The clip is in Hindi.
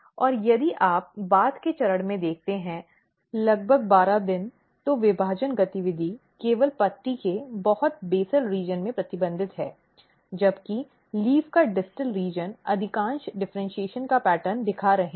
फिर यदि आप बाद के चरण में देखते हैं लगभग 12 दिन तो विभाजन गतिविधि केवल पत्ती के बहुत बेसल क्षेत्र में प्रतिबंधित है जबकि लीफ का डिस्टल क्षेत्र अधिकांश डिफ़र्इन्शीएशन का पैटर्न दिखा रहे हैं